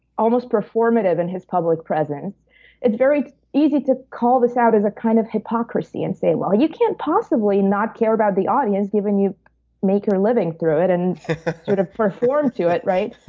almost performative in his public presence it's very easy to call this out as a kind of hypocrisy and say, well, you can't possibly not care about the audience given you make your living through it and sort of perform to it, right?